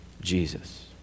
Jesus